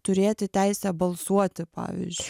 turėti teisę balsuoti pavyzdžiui